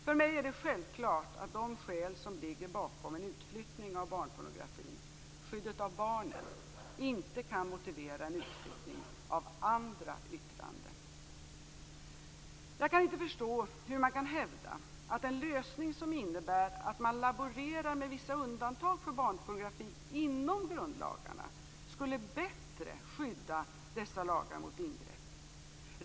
För mig är det självklart att de skäl som ligger bakom en utflyttning av barnpornografin - skyddet av barnen - inte kan motivera en utflyttning av andra yttranden. Jag kan inte förstå hur man kan hävda att en lösning som innebär att man laborerar med vissa undantag för barnpornografin inom grundlagarna skulle bättre skydda dessa lagar mot ingrepp.